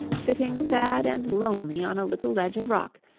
sitting sad and lonely on a little ledge of rock,